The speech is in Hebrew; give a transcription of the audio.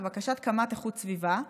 לבקשת קמ"ט איכות הסביבה,